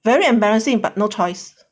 very embarrassing but no choice